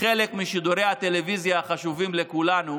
חלק משידורי הטלוויזיה החשובים לכולנו